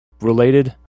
related